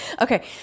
Okay